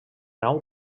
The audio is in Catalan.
nau